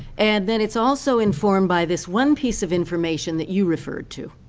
and then it's also informed by this one piece of information that you referred to.